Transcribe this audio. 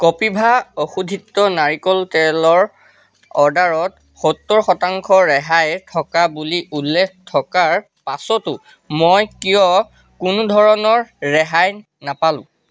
কপিভা অশোধিত নাৰিকল তেলৰ অৰ্ডাৰত সত্তৰ শতাংশ ৰেহাই থকা বুলি উল্লেখ থকাৰ পাছতো মই কিয় কোনো ধৰণৰ ৰেহাই নাপালো